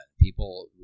People